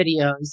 videos